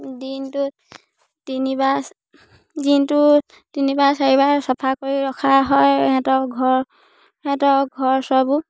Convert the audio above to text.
দিনটোত তিনিবাৰ দিনটো তিনিবাৰ চাৰিবাৰ চাফা কৰি ৰখা হয় সিহঁতৰ ঘৰ সিহঁতৰ ঘৰ চৰবোৰ